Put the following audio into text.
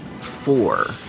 four